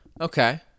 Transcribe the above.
Okay